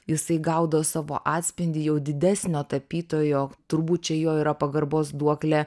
jisai gaudo savo atspindį jau didesnio tapytojo turbūt čia jo yra pagarbos duoklė